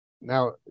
Now